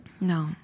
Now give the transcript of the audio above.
No